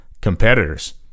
competitors